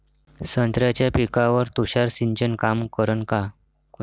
संत्र्याच्या पिकावर तुषार सिंचन काम करन का?